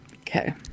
okay